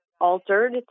altered